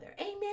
Amen